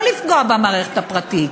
לא לפגוע במערכת הפרטית,